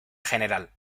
general